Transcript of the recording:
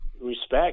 respect